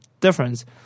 difference